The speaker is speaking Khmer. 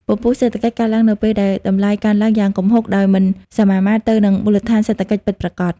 ពពុះសេដ្ឋកិច្ចកើតឡើងនៅពេលដែលតម្លៃកើនឡើងយ៉ាងគំហុកដោយមិនសមាមាត្រទៅនឹងមូលដ្ឋានសេដ្ឋកិច្ចពិតប្រាកដ។